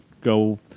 go